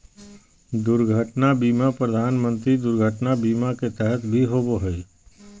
दुर्घटना बीमा प्रधानमंत्री दुर्घटना बीमा के तहत भी होबो हइ